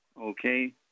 okay